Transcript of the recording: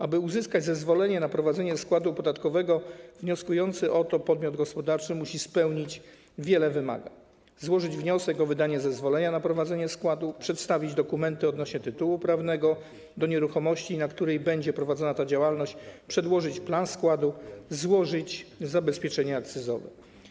Aby uzyskać zezwolenie na prowadzenie składu podatkowego, wnioskujący o to podmiot gospodarczy musi spełnić wiele wymagań: złożyć wniosek o wydanie zezwolenia na prowadzenie składu, przedstawić dokumenty odnośnie do tytułu prawnego do nieruchomości, na której będzie prowadzona ta działalność, przedłożyć plan składu, złożyć zabezpieczenie akcyzowe.